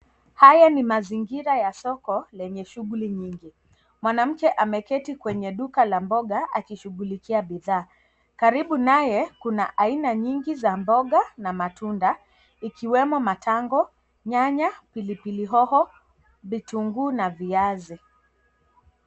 Haya ni mazigira ya soko yenye shughuli nyingi. Mwanamke ameketi kwenye duka la mboga akishughulikia bidhaa. Karibu naye kuna aina mingi za mboga na matunda ikiwemo matango, nyanya, pilipili hoho, vitunguu na viazi.